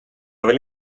ville